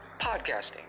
podcasting